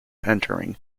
entering